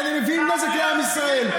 כן, הם מביאים נזק לעם ישראל.